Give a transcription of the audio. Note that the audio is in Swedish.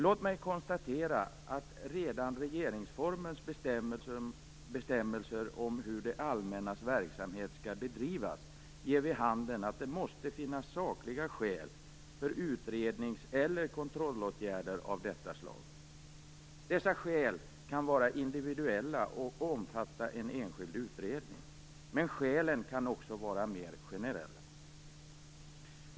Låt mig konstatera att redan regeringsformens bestämmelser om hur det allmännas verksamhet skall bedrivas ger vid handen att det måste finnas sakliga skäl för utrednings eller kontrollåtgärder av detta slag. Dessa skäl kan vara individuella och omfatta en enskild utredning, men skälen kan också vara mer generella.